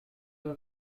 peut